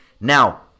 Now